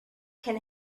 can